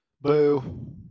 Boo